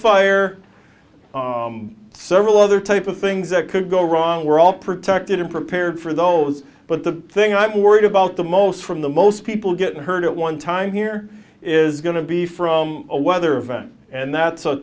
fire several other type of things that could go wrong we're all protected i'm prepared for those but the thing i'm worried about the most from the most people getting hurt at one time here is going to be from a weather event and that